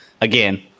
again